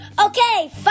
Okay